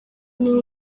niho